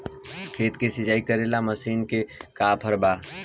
खेत के सिंचाई करेला मशीन के का ऑफर बा?